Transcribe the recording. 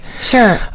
Sure